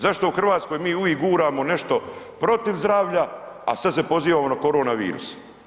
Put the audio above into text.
Zašto u Hrvatskoj mi uvik guramo nešto protiv zdravlja, a sad se pozivamo na korona virus?